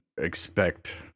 expect